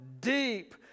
deep